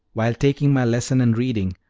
while taking my lesson in reading,